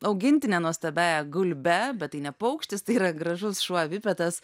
augintine nuostabia gulbe bet tai ne paukštis tai yra gražus šuo vipetas